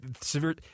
severe